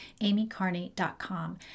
amycarney.com